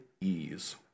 ease